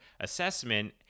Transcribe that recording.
assessment